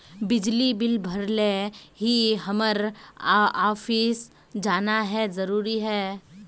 बिजली बिल भरे ले की हम्मर ऑफिस जाना है जरूरी है?